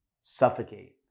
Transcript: suffocate